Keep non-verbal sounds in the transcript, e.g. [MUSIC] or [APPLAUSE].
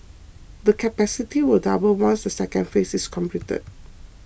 the capacity will double once the second phase is complete [NOISE]